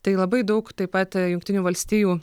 tai labai daug taip pat jungtinių valstijų